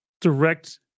direct